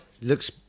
Looks